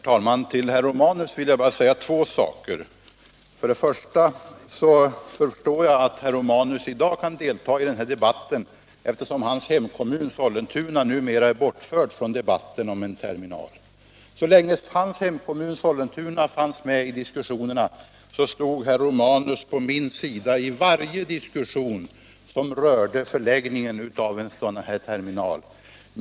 Herr talman! Jag förstår att herr Romanus i dag kan delta i den här debatten, eftersom hans kommun Sollentuna numera är bortförd från debatten om en terminal. Så länge Sollentuna fanns med i bilden, stod herr Romanus på min sida i varje diskussion som rörde förläggningen av en sådan här terminal.